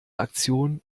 aktion